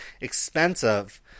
expensive